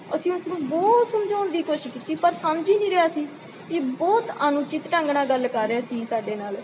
ਅਸੀਂ ਉਸ ਨੂੰ ਬਹੁਤ ਸਮਝਾਉਣ ਦੀ ਕੋਸ਼ਿਸ਼ ਕੀਤੀ ਪਰ ਸਮਝ ਹੀ ਨਹੀਂ ਰਿਹਾ ਸੀ ਜੀ ਬਹੁਤ ਅਣਉਚਿਤ ਢੰਗ ਨਾਲ ਗੱਲ ਕਰ ਰਿਹਾ ਸੀ ਸਾਡੇ ਨਾਲ